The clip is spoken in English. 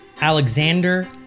Alexander